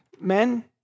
Men